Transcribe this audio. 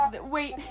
Wait